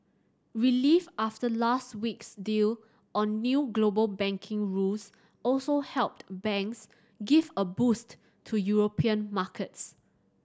relief after last week's deal on new global banking rules also helped banks give a boost to European markets